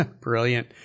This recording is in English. Brilliant